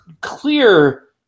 clear